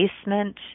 basement